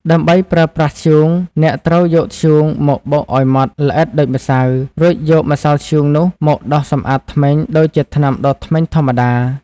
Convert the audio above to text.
ដើម្បីប្រើប្រាស់ធ្យូង អ្នកត្រូវយកធ្យូងមកបុកឲ្យម៉ដ្ឋល្អិតដូចម្សៅ រួចយកម្សៅធ្យូងនោះមកដុសសម្អាតធ្មេញដូចជាថ្នាំដុសធ្មេញធម្មតា។